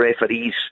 referees